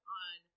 on